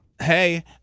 Hey